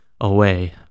away